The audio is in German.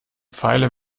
pfeile